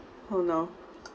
[ho] lor